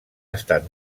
estat